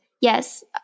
Yes